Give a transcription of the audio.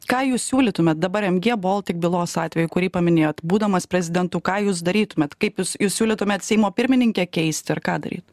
ką jūs siūlytumėt dabar mg baltic bylos atveju kurį paminėjot būdamas prezidentu ką jūs darytumėt kaip jūs jūs siūlytumėt seimo pirmininkę keisti ar ką daryt